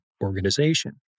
organization